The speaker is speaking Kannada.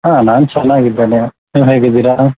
ಹಾಂ ನಾನು ಚೆನ್ನಾಗಿದ್ದೇನೆ ನೀವು ಹೇಗಿದ್ದೀರಾ